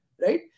right